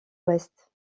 ouest